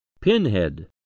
Pinhead